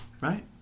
Right